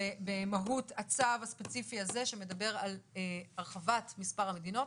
במהות הצו הספציפי הזה שמדבר על הרחבת מספר המדינות.